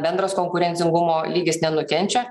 bendras konkurencingumo lygis nenukenčia